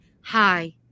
hi